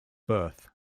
birth